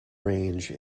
range